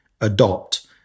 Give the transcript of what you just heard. adopt